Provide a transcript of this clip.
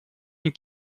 une